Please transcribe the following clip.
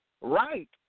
right